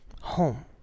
home